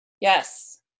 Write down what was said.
yes